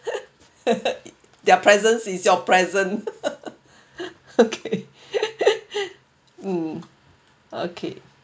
their presence is your present okay um okay